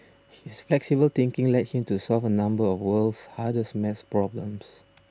his flexible thinking led him to solve a number of world's hardest math problems